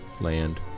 land